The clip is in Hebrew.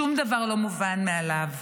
שום דבר לא מובן מאליו.